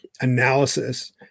analysis